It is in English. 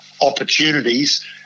opportunities